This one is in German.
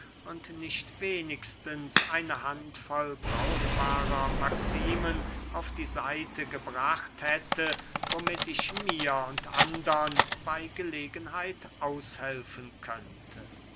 und nicht wenigstens eine hand voll brauchbarer maximen auf die seite gebracht hätte womit ich mir und andern bey gelegenheit aushelfen könnte